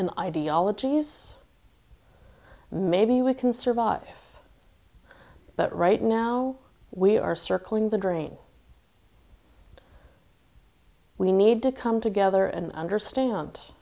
and ideologies maybe we can survive but right now we are circling the drain we need to come together and understand